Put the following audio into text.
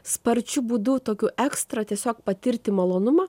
sparčiu būdu tokiu ekstra tiesiog patirti malonumą